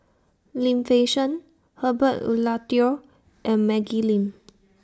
Lim Fei Shen Herbert Eleuterio and Maggie Lim